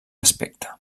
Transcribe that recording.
aspecte